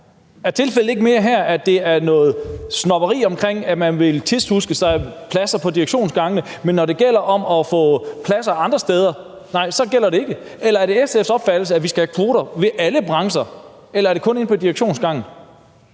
Er tilfældet her ikke mere noget snobberi, i forbindelse med at man vil tiltuske sig pladser på direktionsgangene, og når det gælder om at få pladser andre steder, så gælder det ikke? Eller er det SF's opfattelse, at vi skal have kvoter i alle brancher, eller er det kun inde på direktionsgangene?